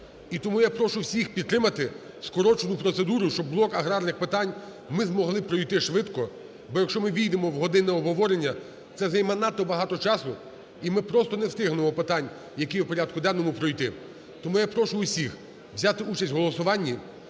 тому я прошу всіх підтримати скорочену процедуру, щоб блок аграрних питань ми змогли пройти швидко, бо, якщо ми ввійдемо в години обговорення, це займе надто багато часу і ми просто не встигнемо питань, які є в порядку денному, пройти. Тому я прошу всіх взяти участь у голосуванні